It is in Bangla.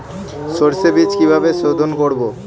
সর্ষে বিজ কিভাবে সোধোন করব?